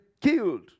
Killed